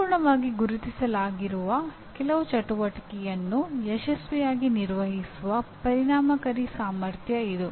ಸಂಪೂರ್ಣವಾಗಿ ಗುರುತಿಸಲಾಗಿರುವ ಕೆಲವು ಚಟುವಟಿಕೆಯನ್ನು ಯಶಸ್ವಿಯಾಗಿ ನಿರ್ವಹಿಸುವ ಪರಿಣಾಮಕಾರಿ ಸಾಮರ್ಥ್ಯ ಇದು